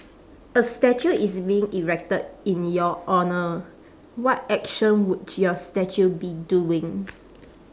a statue is being erected in your honour what action would your statue be doing